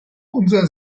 unser